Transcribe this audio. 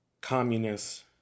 communists